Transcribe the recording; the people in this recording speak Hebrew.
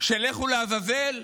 "לכו לעזאזל",